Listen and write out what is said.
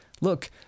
Look